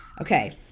Okay